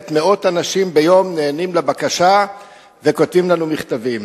באמת מאות אנשים ביום נענים לבקשה וכותבים לנו מכתבים.